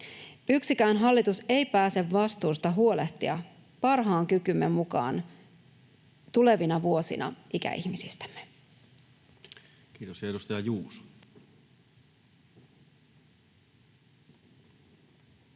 Yksikään hallitus ei pääse vastuusta huolehtia parhaan kykymme mukaan tulevina vuosina ikäihmisistämme. Kiitos. — Ja edustaja Juuso. Arvoisa